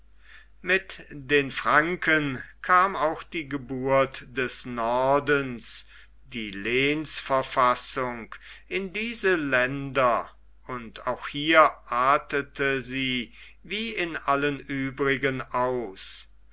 mit den franken kam auch die geburt des nordens die lehensverfassung in diese länder und auch hier artete sie wie in allen übrigen aus